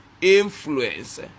influence